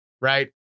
right